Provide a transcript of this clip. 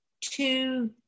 two